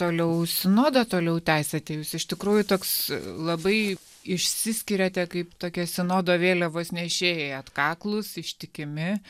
toliau sinodą toliau tęsėte jūs iš tikrųjų toks labai išsiskiriate kaip tokie sinodo vėliavos nešėjai atkaklūs ištikimi